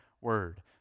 word